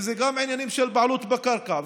וגם עניינים של בעלות על הקרקע,